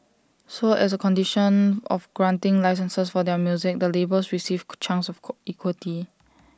so as A condition of granting licences for their music the labels received chunks of equity